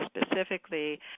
specifically